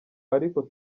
ariko